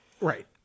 Right